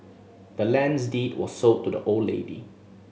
the land's deed was sold to the old lady